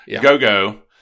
Go-Go